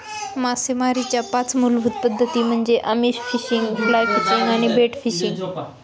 मासेमारीच्या पाच मूलभूत पद्धती म्हणजे आमिष फिशिंग, फ्लाय फिशिंग आणि बेट फिशिंग